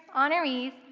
honorees,